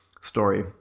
story